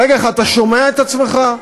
רגע אחד, אתה שומע את עצמך?